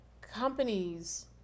companies